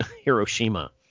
Hiroshima